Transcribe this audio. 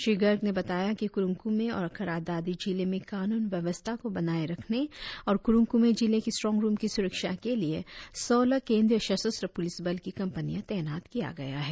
श्री गर्ग ने बताया की कुरुंग कुमें और क्रा दादि जिलों में कानुन व्यवस्था को बताए रखने और कुरुंग कुमें जिलें के स्ट्रांग रुम की सुरक्षा के लिए सौलह केंद्रीय सशत्र पुलिस बल की कम्पनियां तैनात किया गया है